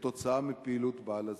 כתוצאה מפעילות בעל הזיכיון,